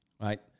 Right